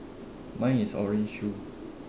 mine is orange shoe